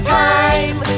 time